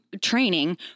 training